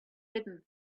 didn’t